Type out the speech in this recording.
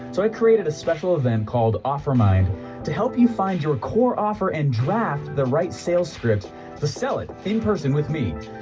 so i created a special event called offermind to help you find your core offer and draft the right sales script to sell it, in person with me.